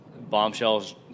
bombshells